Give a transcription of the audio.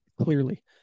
clearly